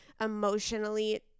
emotionally